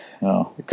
No